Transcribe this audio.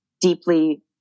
deeply